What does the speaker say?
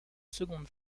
seconde